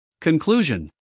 Conclusion